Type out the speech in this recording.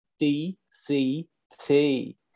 DCT